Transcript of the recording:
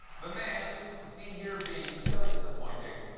the man, seen here being so disappointing,